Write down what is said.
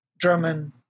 German